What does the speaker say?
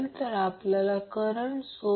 तर ते सुमारे 80002π V येते